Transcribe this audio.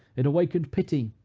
it awakened pity,